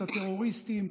את הטרוריסטים,